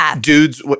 dudes